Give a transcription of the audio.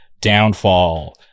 Downfall